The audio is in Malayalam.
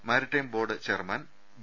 maritime board chairman V